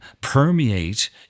permeate